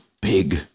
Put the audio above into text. big